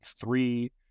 three